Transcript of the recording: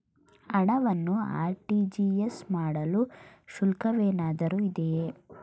ಹಣವನ್ನು ಆರ್.ಟಿ.ಜಿ.ಎಸ್ ಮಾಡಲು ಶುಲ್ಕವೇನಾದರೂ ಇದೆಯೇ?